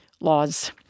laws